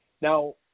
Now